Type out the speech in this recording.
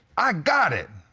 i got it.